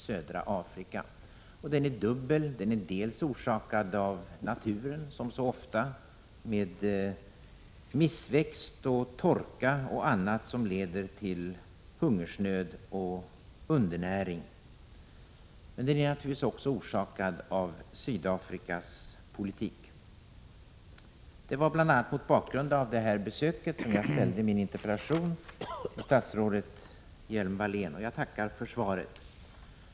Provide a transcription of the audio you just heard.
Som så ofta är den delvis orsakad av naturen. Missväxt, torka och annat leder till hungersnöd och undernäring. Men den är naturligtvis också orsakad av Sydafrikas politik. Det var bl.a. mot bakgrund av besöket i Mogambique som jag ställde min interpellation till statsrådet Lena Hjelm-Wallén, och jag tackar för svaret.